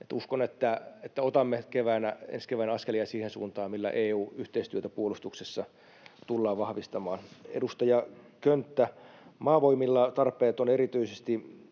Uskon, että otamme ensi keväänä askelia siihen suuntaan, millä EU-yhteistyötä puolustuksessa tullaan vahvistamaan. Edustaja Könttä: Maavoimilla tarpeet ovat erityisesti